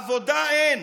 עבודה, אין,